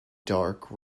dark